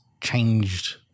changed